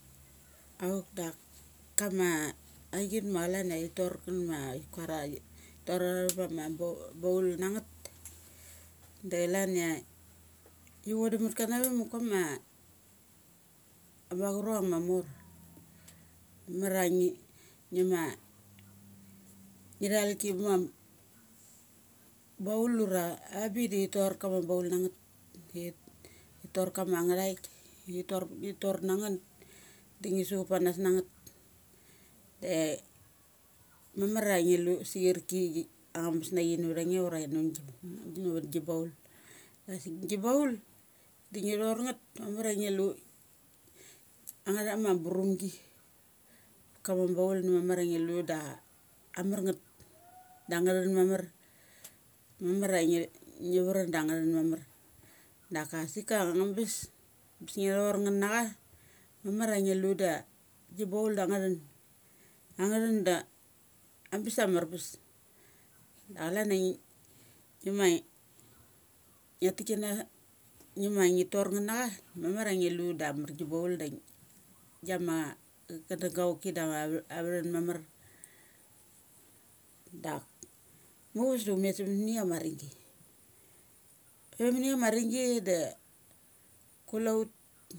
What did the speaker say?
Auk dak kama agit machalan ia thi tor ngeth ma thi kuara thi tor atha va ma baul na ngeth, da chalania ngi ngi vodum mat ka na kama bagruang ma mor. Mamar ia ngi. ngi ma ngi thal gima baul ura abik da ngi tor kama baul nangeth. Ti tor kama nga thaik, te tor ngi tor na ngeth dangi suchup pa nas na ngeth. De mamar ngi lu sichirki chi ang nga bes na chi na vtha nge ura na vat gi baul. Gi baul. da ngi thor nget mamaria ngi lu anga tha burumgi. Kama baul asik gi baul ang nga tha ma burunigi. Kama baul da mamara ngi lu da am marngeth da ang ngathan mamar. Mamaria ngiathe ngi varan da angathen mamar. Daka sik a angabes. bes ngina thor ngetnacha. mamar a ngi lu da gi baul da angnga thun. Angathan da ambes a marpes. Da chalan a ngi ngi ma ngia tikina. ngima ngi tor nget nacha. da mamar ia ngi lu da amar gi baul da giama cha dung ga choki da avathun ma mar. Dak muchuves da um met samuniam a ringgi. Pe mani ama ring gi de kule ut.